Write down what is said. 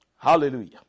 Hallelujah